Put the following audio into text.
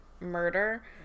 murder